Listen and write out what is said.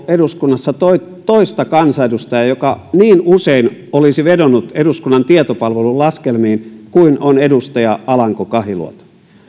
eduskunnassa toista kansanedustajaa joka niin usein olisi vedonnut eduskunnan tietopalvelun laskelmiin kuin on edustaja alanko kahiluoto